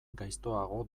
gaiztoago